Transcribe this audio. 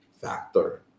factor